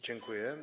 Dziękuję.